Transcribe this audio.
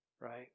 right